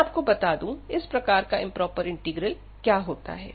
मैं आपको बता दूं इस प्रकार का इंप्रोपर इंटीग्रल क्या होता है